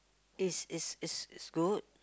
it's it's it's it's good